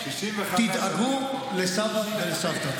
תדאגו לסבא ולסבתא.